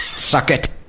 suck it.